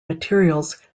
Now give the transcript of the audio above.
materials